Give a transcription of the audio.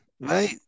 right